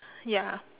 ya